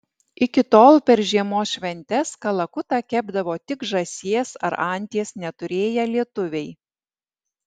iki tol per žiemos šventes kalakutą kepdavo tik žąsies ar anties neturėję lietuviai